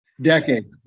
decade